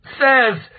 says